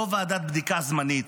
לא ועדת בדיקה זמנית,